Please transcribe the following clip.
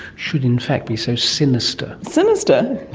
should in fact be so sinister. sinister?